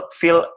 feel